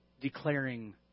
declaring